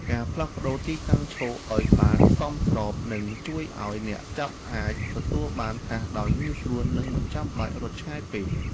ការផ្លាស់ប្តូរទីតាំងឈរឱ្យបានសមស្របនឹងជួយឱ្យអ្នកចាប់អាចទទួលបានថាសដោយងាយស្រួល និងមិនចាំបាច់រត់ឆ្ងាយពេក។